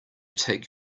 take